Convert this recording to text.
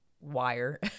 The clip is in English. wire